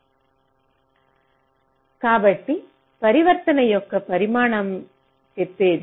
Refer Slide Time 1802 కాబట్టి పరివర్తన యొక్క పరిమాణానమ్ చెప్పేది